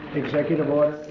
executive order.